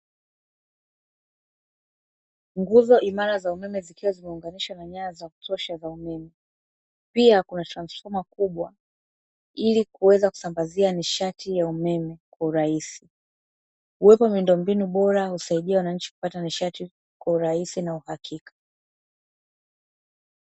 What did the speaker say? Nguzo imara za umeme, zikiwa zimeunganishwa na nyaya za kutosha za umeme pia kuna transfoma kubwa ili kuweza kusambazia nishati ya umeme kwa urahisi, uwepo wa miundombinu bora husaidia wananchi kupata nishati kwa urahisi na uhakika.